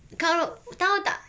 kalau tahu tak